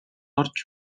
орж